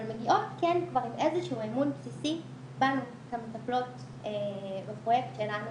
אבל מגיעות כן כבר עם איזה שהוא אמון בסיסי כמטפלות בפרויקט שלנו.